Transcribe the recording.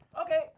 Okay